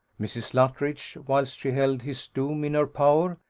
mrs. luttridge, whilst she held his doom in her power,